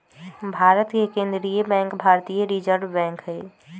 भारत के केंद्रीय बैंक भारतीय रिजर्व बैंक हइ